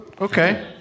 Okay